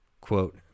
Quote